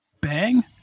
bang